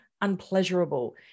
unpleasurable